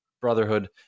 brotherhood